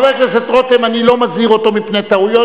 חבר הכנסת רותם, אני לא מזהיר אותו מפני טעויות.